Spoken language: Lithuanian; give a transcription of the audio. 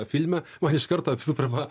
filme man iš karto visų pirma